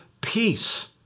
peace